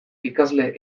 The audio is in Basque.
ikasle